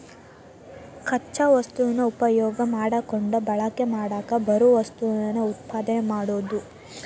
ಕಚ್ಚಾ ವಸ್ತುನ ಉಪಯೋಗಾ ಮಾಡಕೊಂಡ ಬಳಕೆ ಮಾಡಾಕ ಬರು ವಸ್ತುನ ಉತ್ಪಾದನೆ ಮಾಡುದು